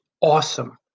Awesome